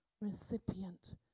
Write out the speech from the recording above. recipient